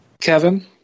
Kevin